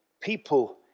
people